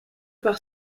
par